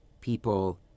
people